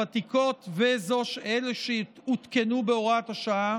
הוותיקות ואלה שהותקנו בהוראת השעה,